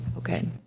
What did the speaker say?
Okay